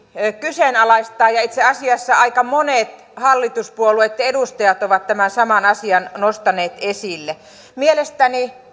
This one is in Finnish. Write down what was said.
kyseenalaistaa ja itse asiassa aika monet hallituspuolueitten edustajat ovat tämän saman asian nostaneet esille mielestäni